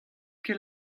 ket